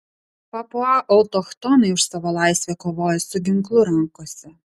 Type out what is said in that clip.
papua autochtonai už savo laisvę kovoja su ginklu rankose